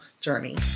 journey